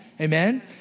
Amen